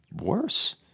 worse